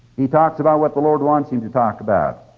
he talks about what the lord wants him to talk about,